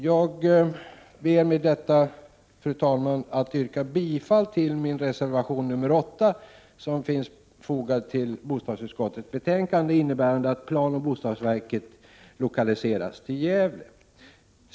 Jag ber med detta, fru talman, att få yrka bifall till min reservation nr 8 vid bostadsutskottets betänkande nr 5, innebärande att planoch bostadsverket lokaliseras till Gävle.